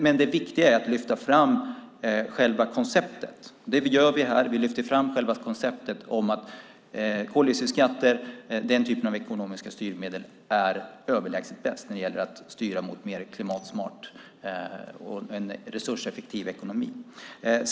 Men det viktiga är att lyfta fram själva konceptet, och det gör vi här. Vi lyfter fram själva konceptet om att koldioxidskatter och den typen av ekonomiska styrmedel är överlägset bäst när det gäller att styra mot mer klimatsmart och resurseffektiv ekonomi.